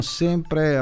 sempre